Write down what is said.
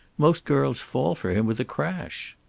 most girls fall for him with a crash.